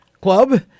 club